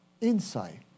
insight